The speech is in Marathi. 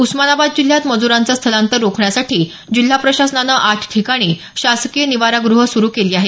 उस्मानाबाद जिल्ह्यात मजुरांचे स्थलांतर रोखण्यासाठी जिल्हा प्रशासनानं आठ ठिकाणी शासकीय निवारागृह सुरू केली आहेत